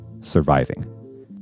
surviving